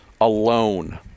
alone